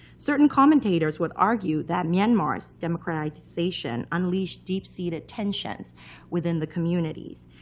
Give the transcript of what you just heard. certain commentators would argue that myanmar's democratictization unleashed deep-seated tensions within the communities,